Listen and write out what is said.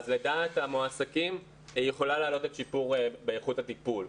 אז לטענת המועסקים היא יכולה להעלות את השיפור באיכות הטיפול.